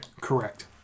Correct